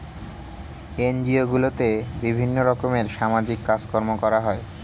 NGO গুলোতে বিভিন্ন রকমের সামাজিক কাজকর্ম করা হয়